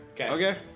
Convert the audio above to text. Okay